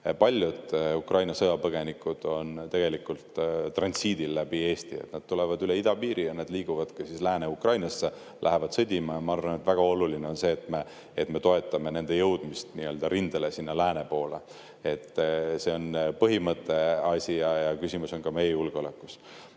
Paljud Ukraina sõjapõgenikud on tegelikult transiidil läbi Eesti. Nad tulevad üle idapiiri ja liiguvad Lääne-Ukrainasse, lähevad sõdima. Ma arvan, et väga oluline on see, et me toetame nende jõudmist rindele, sinna lääne poole. See on põhimõtte asi ja küsimus on ka meie julgeolekus.